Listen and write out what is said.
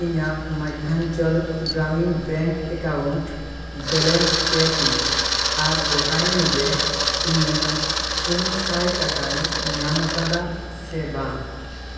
ᱤᱧᱟᱹᱜ Madhyanchal Gramin bank account balance check ᱢᱮ ᱟᱨ ᱜᱚᱴᱟᱭ ᱢᱮ ᱡᱮ ᱤᱧ ᱯᱩᱱ ᱥᱟᱭ ᱴᱟᱠᱟᱧ ᱧᱟᱢᱟᱠᱟᱫᱟ ᱥᱮ ᱵᱟᱝ